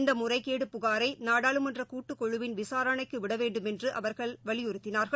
இந்தமுறைகேடு புகாரைநாடாளுமன்றகூட்டுக் குழுவின் விசாரணைக்குவிடவேண்டுமென்றுஅவர்கள் வலியுறுத்தினார்கள்